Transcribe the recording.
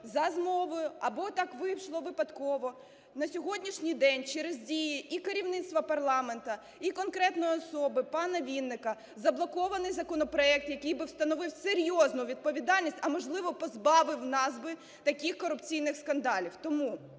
за змовою, або так вийшло випадково, на сьогоднішній день через дії і керівництва парламенту, і конкретної особи - пана Вінника заблокований законопроект, який би встановив серйозну відповідальність, а можливо, позбавив нас би таких корупційних скандалів. Тому